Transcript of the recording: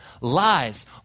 Lies